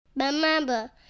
Remember